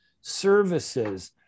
services